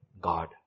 God